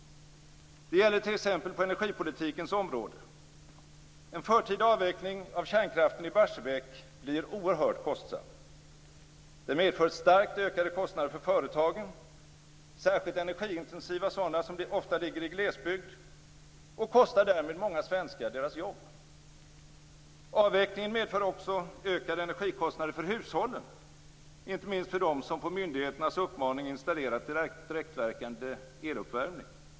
Det gäller t.ex. på energipolitikens område. En förtida avveckling av kärnkraften i Barsebäck blir oerhört kostsam. Den medför starkt ökade kostnader för företagen, särskilt energiintensiva sådana som ofta ligger i glesbygd, och kostar därmed många svenskar deras jobb. Avvecklingen medför också ökade energikostnader för hushållen, inte minst för dem som på myndigheternas uppmaning installerat direktverkande eluppvärmning.